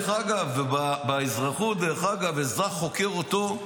באזרחות אזרח חוקר אותו,